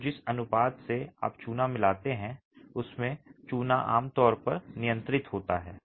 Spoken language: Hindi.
तो जिस अनुपात से आप चूना मिलाते हैं उसमें चूना आमतौर पर नियंत्रित होता है